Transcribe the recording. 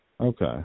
Okay